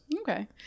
okay